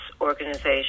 organization